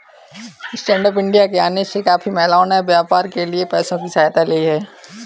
stand up India के आने से काफी महिलाओं ने व्यापार के लिए पैसों की सहायता ली है